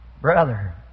Brother